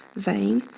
vein,